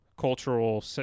cultural